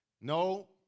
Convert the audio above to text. No